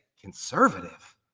conservative